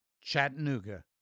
Chattanooga